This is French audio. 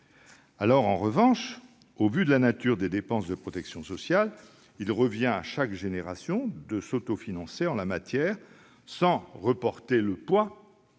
En revanche, au vu de la nature des dépenses de protection sociale, il revient à chaque génération de s'autofinancer en la matière, sans reporter le poids